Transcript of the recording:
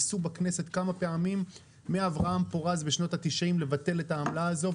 ניסו בכנסת כמה פעמים - מאברהם פורז בשנות ה-90 - לבטל את העמלה הזו,